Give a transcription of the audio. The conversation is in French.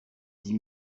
dix